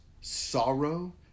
sorrow